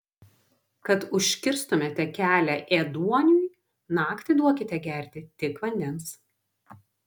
kad užkirstumėte kelią ėduoniui naktį duokite gerti tik vandens